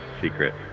secret